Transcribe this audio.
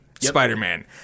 Spider-Man